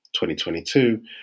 2022